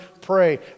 pray